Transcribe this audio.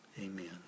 Amen